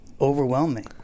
overwhelming